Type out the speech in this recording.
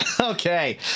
Okay